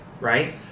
right